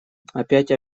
опять